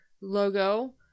logo